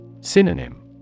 Synonym